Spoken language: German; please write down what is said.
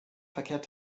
verkehrt